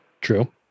True